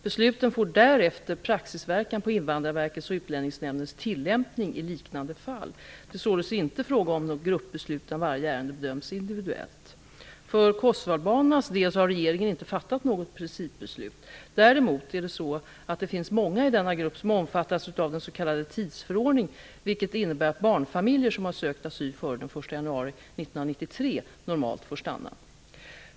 Besluten får därefter praxisverkan på Invandrarverkets och Utlänningsnämndens tillämpning i liknande fall. Det är således inte fråga om något gruppbeslut, utan varje ärende bedöms individuellt. För kosovoalbanernas del har regeringen inte fattat något principbeslut. Däremot finns det många i denna grupp som omfattas av den s.k. tidsförordningen, vilken innebär att barnfamiljer som har sökt asyl före den 1 januari 1993 normalt får stanna.